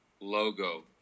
logo